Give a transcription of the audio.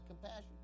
compassion